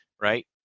right